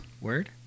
Word